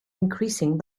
increasing